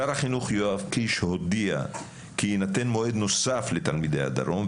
שר החינוך יואב קיש הודיע כי יינתן מועד נוסף לתלמידי הדרום,